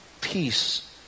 peace